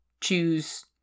choose